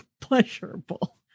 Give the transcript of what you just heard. pleasurable